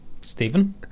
Stephen